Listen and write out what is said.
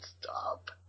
stop